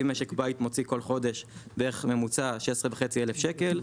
אם משק הבית מוציא בכל חודש בערך ממוצא 16,500 שקלים,